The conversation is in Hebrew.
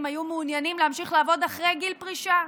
היו מעוניינים להמשיך לעבוד אחרי גיל פרישה.